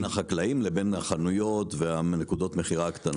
בין החקלאים לבין החנויות ונקודת המכירה הקטנות.